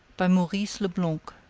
by maurice leblanc